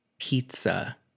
pizza